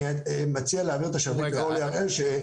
אני מציע שאעביר את השרביט לאורלי הראל שתיתן את המענה.